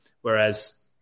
Whereas